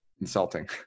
insulting